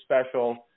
special